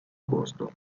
posto